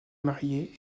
marié